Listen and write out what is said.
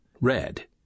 red